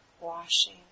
washing